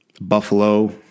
Buffalo